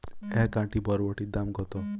এক আঁটি বরবটির দাম কত?